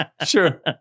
Sure